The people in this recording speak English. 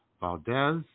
Valdez